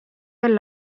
veel